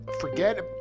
forget